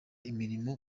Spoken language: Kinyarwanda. imirimo